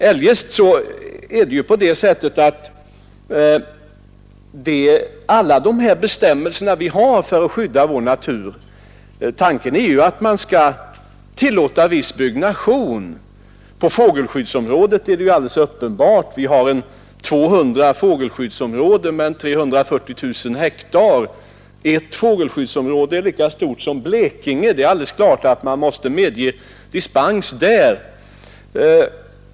När det gäller de bestämmelser som vi har för att skydda vår natur är det alldeles uppenbart att man kan tillåta viss byggnation på fågelskyddsområden. Det finns ca 200 fågelskyddsområden med en sammanlagd yta av 340 000 hektar mark. Ett fågelskyddsområde är t.ex. lika stort som Blekinge, och det är alldeles klart att man måste kunna medge dispens där.